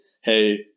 hey